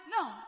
No